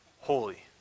holy